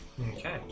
Okay